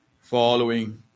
following